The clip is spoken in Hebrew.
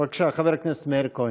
בבקשה, חבר הכנסת מאיר כהן.